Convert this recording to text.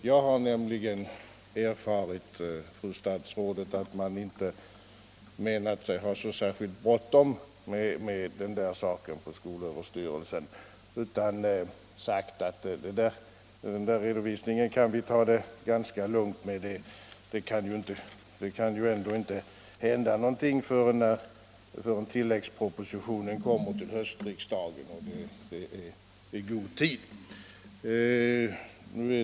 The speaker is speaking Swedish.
Jag har nämligen hört, fru statsråd, att skolöverstyrelsen inte menade sig behöva ha särskilt bråttom med redovisningen, utan sagt att de kunde ta det ganska lugnt med den eftersom det ändå inte kunde hända någonting förrän tilläggspropositionen kom vid höstens riksmöte och att det var gott om tid.